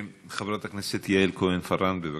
חברת הכנסת יעל כהן-פארן, בבקשה.